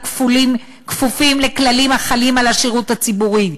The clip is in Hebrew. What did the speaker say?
כפופים לכללים החלים על השירות הציבורי,